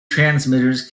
transmitters